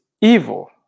evil